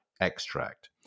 extract